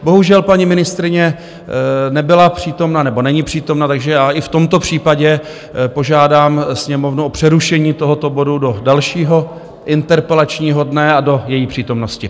Bohužel, paní ministryně není přítomna, takže já i v tomto případě požádám Sněmovnu o přerušení tohoto bodu do dalšího interpelačního dne a do její přítomnosti.